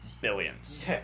billions